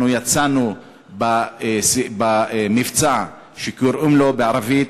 אנחנו יצאנו במבצע שקוראים לו בערבית: